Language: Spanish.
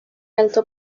alto